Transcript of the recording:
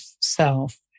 self